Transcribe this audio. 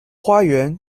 花园